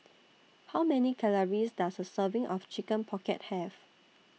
How Many Calories Does A Serving of Chicken Pocket Have